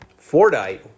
Fordite